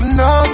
no